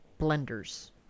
blenders